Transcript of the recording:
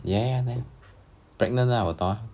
ya ya ya pregnant ah 我懂 ah